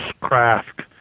craft